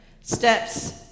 steps